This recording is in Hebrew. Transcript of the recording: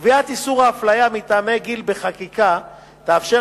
קביעת איסור האפליה מטעמי גיל בחקיקה תאפשר